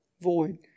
void